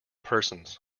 persons